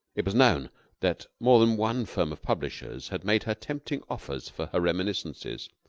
it was known that more than one firm of publishers had made her tempting offers for her reminiscences,